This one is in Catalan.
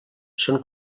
són